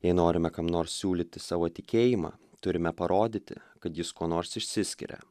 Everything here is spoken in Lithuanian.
jei norime kam nors siūlyti savo tikėjimą turime parodyti kad jis kuo nors išsiskiria